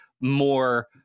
more